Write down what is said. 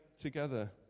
together